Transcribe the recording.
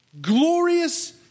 glorious